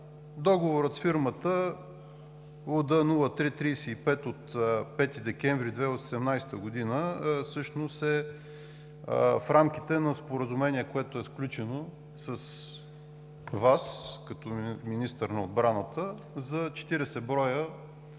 Договорът с фирмата, № УД 03-35 от 5 декември 2018 г., всъщност е в рамките на споразумение, което е сключено с Вас като министър на отбраната за 40 броя